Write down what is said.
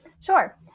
Sure